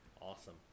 awesome